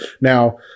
now